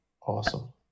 awesome